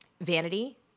vanity